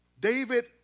David